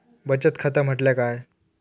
बचत खाता म्हटल्या काय?